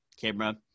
camera